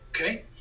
okay